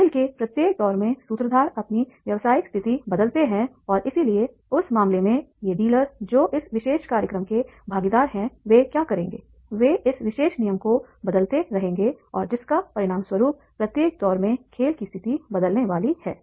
खेल के प्रत्येक दौर में सूत्रधार अपनी व्यावसायिक स्थिति बदलते हैं और इसलिए उस मामले में ये डीलर जो इस विशेष कार्यक्रम के भागीदार हैंवे क्या करेंगे वे इस विशेष नियम को बदलते रहेंगे और जिसके परिणामस्वरूप प्रत्येक दौर में खेल की स्थिति बदलने वाली है